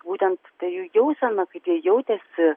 būtent tai jų jauseną kad jie jautėsi